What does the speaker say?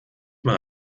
mal